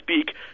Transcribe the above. speak